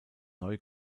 neue